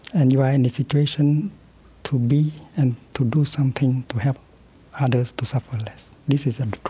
and you are in a situation to be and to do something to help others to suffer less. this is a